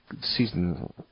season